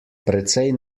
precej